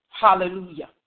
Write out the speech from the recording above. Hallelujah